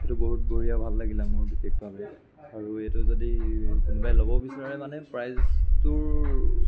এইটো বহুত বঢ়িয়া ভাল লাগিলে মোৰ বিশেষভাৱে আৰু এইটো যদি কোনোবাই ল'ব বিচাৰে মানে প্ৰাইচটোৰ